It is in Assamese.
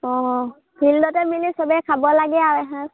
অঁ ফিল্ডতে মিলি চবেই খাব লাগে আৰু এসাঁজ